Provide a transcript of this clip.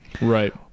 right